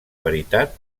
veritat